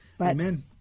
Amen